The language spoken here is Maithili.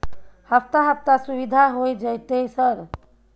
हफ्ता हफ्ता सुविधा होय जयते सर?